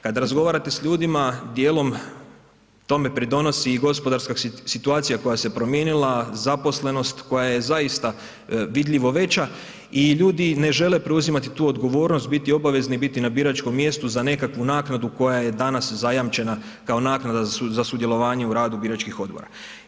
Kad razgovarate s ljudima dijelom tome pridonosi i gospodarska situacija koja se promijenila, zaposlenost koja je zaista vidljivo veća i ljudi ne žele preuzimati tu odgovornost, biti obavezni i biti na biračkom mjestu za nekakvu naknadu koja je danas zajamčena kao naknada za sudjelovanje u radu biračkih odbora.